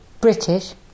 British